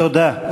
תודה.